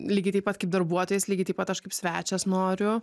lygiai taip pat kaip darbuotojas lygiai taip pat aš kaip svečias noriu